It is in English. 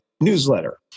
newsletter